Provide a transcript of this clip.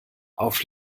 auf